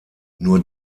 nur